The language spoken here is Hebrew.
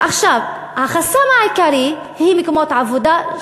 החסם העיקרי הוא מקומות עבודה,